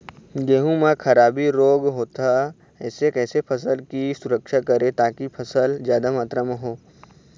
गेहूं म खराबी रोग होता इससे कैसे फसल की सुरक्षा करें ताकि फसल जादा मात्रा म हो?